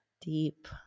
deep